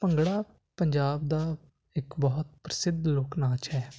ਭੰਗੜਾ ਪੰਜਾਬ ਦਾ ਇੱਕ ਬਹੁਤ ਪ੍ਰਸਿੱਧ ਲੋਕ ਨਾਚ ਹੈ